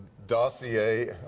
dossier,